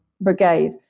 Brigade